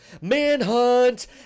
Manhunt